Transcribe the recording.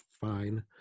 fine